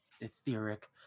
etheric